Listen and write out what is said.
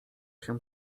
się